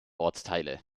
ortsteile